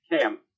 Cam